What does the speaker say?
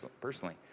personally